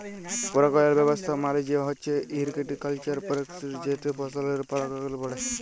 পারাগায়ল ব্যাবস্থা মালে হছে হরটিকালচারাল প্যারেকটিস যেট ফসলের পারাগায়ল বাড়ায়